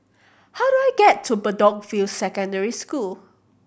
how do I get to Bedok View Secondary School